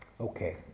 Okay